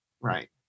right